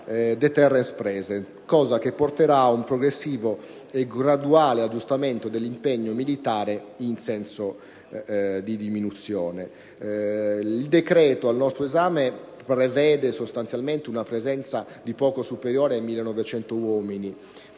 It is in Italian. *deterrence* *presence*, cosa che porterà ad un progressivo e graduale aggiustamento dell'impegno militare, nel senso di una diminuzione. Il decreto al nostro esame prevede sostanzialmente una presenza in Kosovo di poco superiore ai 1.900 uomini.